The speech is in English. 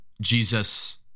Jesus